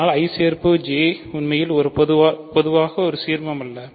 ஆனால் I சேர்ப்பு J உண்மையில் பொதுவாக ஒரு சீர்மமல்ல